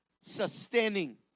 sustaining